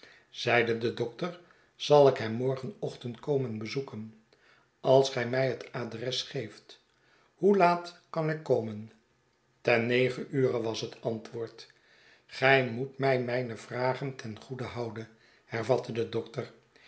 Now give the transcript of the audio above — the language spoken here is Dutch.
zeide de dokter zal ik hem morgenochtend komen bezoeken als gij mij het adres geeft hoe laat kan ik komen ten negen ure was het antwoord gij moet mij mijne vragen ten goede houden hervatte de dokter